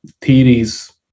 theories